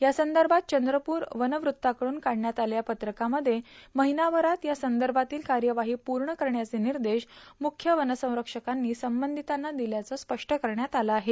या संदर्भात चंद्रपूर वनवृत्तकडून काढण्यात आलेल्या पत्रकामध्ये महिनाभरात या संदर्भातील कार्यवाही पूर्ण करण्याचे निर्देश मुख्य वनसंरक्षकांनी संबंधीतांना दिल्याचं स्पष्ट केलं आहे